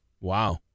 Wow